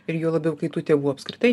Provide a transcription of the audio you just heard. ir juo labiau kai tų tėvų apskritai